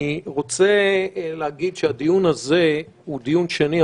אני רוצה להגיד שהדיון הזה הוא דיון שני,